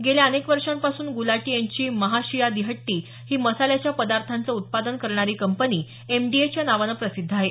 गेल्या अनेक वर्षांपासून गुलाटी यांची महाशियां दी हट्टी ही मसाल्याच्या पदार्थांचे उत्पादन करणारी कंपनी एमडीएच या नावाने प्रसिद्ध आहे